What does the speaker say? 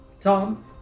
Tom